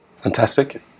Fantastic